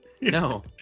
No